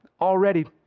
already